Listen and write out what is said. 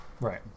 Right